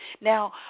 Now